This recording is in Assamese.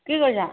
কি কৰিছা